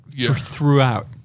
throughout